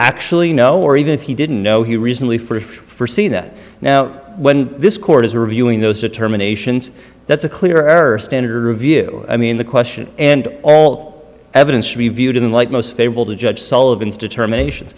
actually know or even if he didn't know he recently for if for see that now when this court is reviewing those determinations that's a clear error standard or review i mean the question and all evidence reviewed in light most favorable to judge sullivan's determination